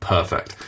Perfect